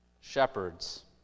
shepherds